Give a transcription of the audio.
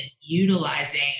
utilizing